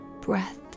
breath